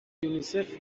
یونیسف